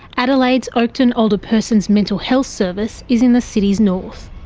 adelaide's oakden older person's mental health service is in the city's north.